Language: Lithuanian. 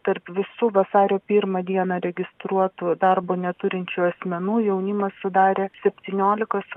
tarp visų vasario primą dieną registruotų darbo neturinčių asmenų jaunimas sudarė septynioliką su